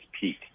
peak